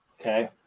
okay